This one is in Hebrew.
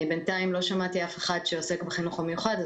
בינתיים לא שמעתי אף אחד שעוסק בחינוך במיוחד,